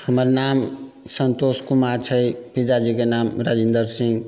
हमर नाम सन्तोष कुमार छै पिताजीके नाम राजेन्द्र सिंह